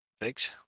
Thanks